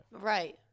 Right